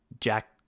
Jack